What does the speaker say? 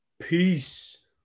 Peace